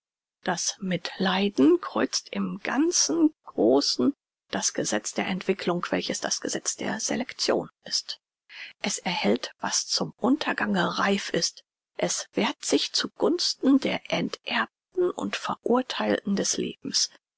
das mitleiden kreuzt im ganzen großen das gesetz der entwicklung welches das gesetz der selektion ist es erhält was zum untergange reif ist es wehrt sich zu gunsten der enterbten und verurtheilten des lebens